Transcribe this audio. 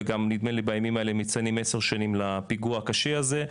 ונדמה לי שבימים אלה מציינים עשר שנים לפיגוע הקשה הזה.